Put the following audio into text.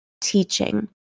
teaching